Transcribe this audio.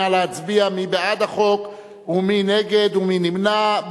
נא להצביע מי בעד החוק ומי נגד ומי נמנע.